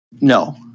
No